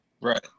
Right